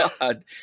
God